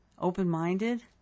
open-minded